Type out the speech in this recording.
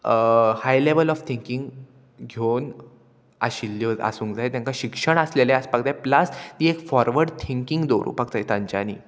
high level of thinking घेवन आशिल्ल्यो आसूंक जाय तांकां शिक्षण आसलेलें आसपाक जाय प्लस ती एक फॉरवर्ड थिंकींग दवरुपाक जाय तांच्यांनी